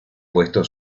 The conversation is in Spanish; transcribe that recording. puesto